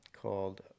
called